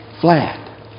flat